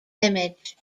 image